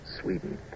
Sweden